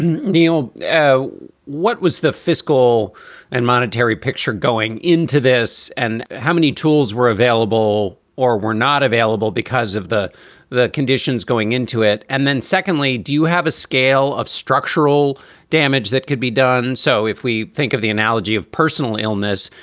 and you know what was the fiscal and monetary picture going into this and how many tools were available or were not available because of the the conditions going into it? and then secondly, do you have a scale of structural damage that could be done? so if we think of the analogy of personal illness,